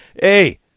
Hey